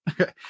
okay